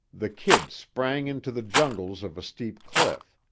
the kid sprang into the jungles of a steep cliff.